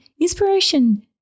inspiration